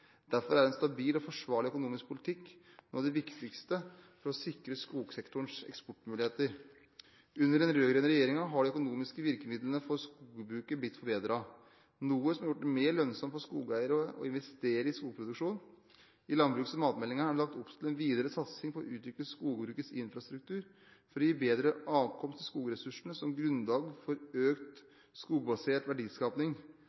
Derfor er en stabil og forsvarlig økonomisk politikk noe av det viktigste for å sikre skogsektorens eksportmuligheter. Under den rød-grønne regjeringen har de økonomiske virkemidlene for skogbruket blitt forbedret, noe som har gjort det mer lønnsomt for skogeiere å investere i skogproduksjon. I landbruks- og matmeldingen er det lagt opp til en videre satsing på å utvikle skogbrukets infrastruktur for å gi bedre adkomst til skogressursene som grunnlag for